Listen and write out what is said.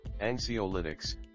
Anxiolytics